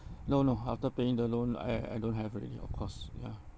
no no after paying the loan I I don't have already of course ya